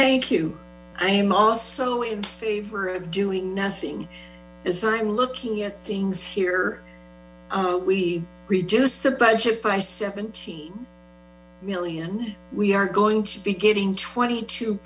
thank you i am also in favor of doing nothing as i'm looking at things here we reduce the budget by seventeen million we are going to be getting twenty t